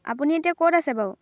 আপুনি এতিয়া ক'ত আছে বাৰু